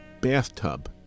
bathtub